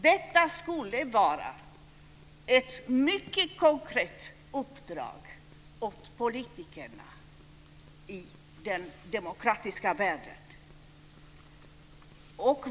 Detta skulle vara ett mycket konkret uppdrag åt politikerna i den demokratiska världen.